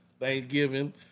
Thanksgiving